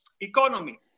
economy